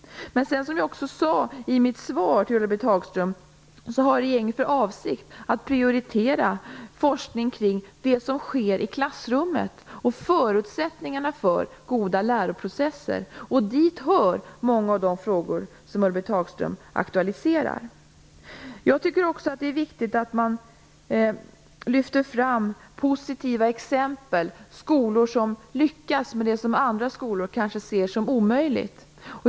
Som jag också sade i mitt svar till Ulla-Britt Hagström har regeringen för avsikt att prioritera forskning kring det som sker i klassrummet och förutsättningarna för goda läroprocesser. Dit hör många av de frågor som Ulla-Britt Hagström aktualiserar. Det är också viktigt att lyfta fram positiva exempel på skolor som lyckats med det som andra skolor kanske ser som omöjligt.